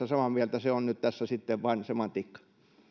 samaa mieltä se on nyt tässä sitten vain semantiikkaa